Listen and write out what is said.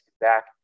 back